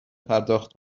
پرداخت